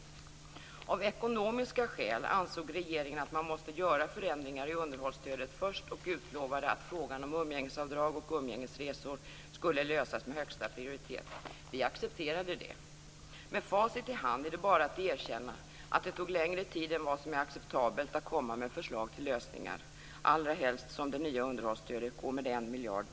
Av ekonomiska skäl ansåg regeringen att man först måste göra förändringar i undershållsstödet och utlovade att frågan om umgängesavdrag och umgängesresor skulle lösas med högsta prioritet. Vi accepterade det. Med facit i hand är det bara att erkänna att det tog längre tid att komma med förslag till lösningar än vad som är acceptabelt - allra helst då det nya underhållsstödet går back med en miljard.